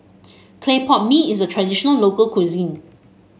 Clay Pot Mee is a traditional local cuisine